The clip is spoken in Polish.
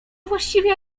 właściwie